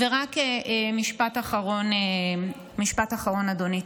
משפט אחרון, אדוני.